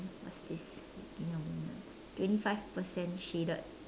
what's this wait give me a moment twenty five percent shaded